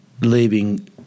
leaving